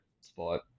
spot